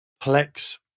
plex